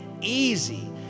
easy